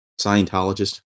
Scientologist